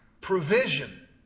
provision